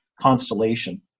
Constellation